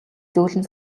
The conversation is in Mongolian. зөөлөн